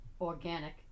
organic